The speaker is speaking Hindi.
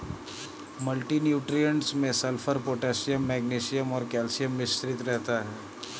मल्टी न्यूट्रिएंट्स में सल्फर, पोटेशियम मेग्नीशियम और कैल्शियम मिश्रित रहता है